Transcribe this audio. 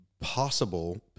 possible